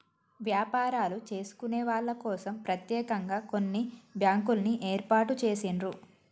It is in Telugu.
వ్యాపారాలు చేసుకునే వాళ్ళ కోసం ప్రత్యేకంగా కొన్ని బ్యాంకుల్ని ఏర్పాటు చేసిండ్రు